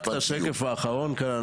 רק את השקף האחרון כאן.